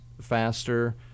faster